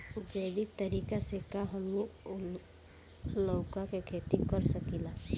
जैविक तरीका से का हमनी लउका के खेती कर सकीला?